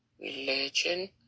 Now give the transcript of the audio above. religion